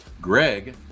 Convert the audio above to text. greg